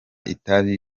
itabi